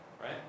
right